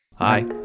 Hi